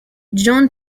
john